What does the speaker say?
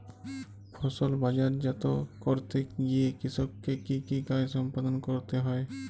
ফসল বাজারজাত করতে গিয়ে কৃষককে কি কি কাজ সম্পাদন করতে হয়?